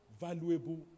valuable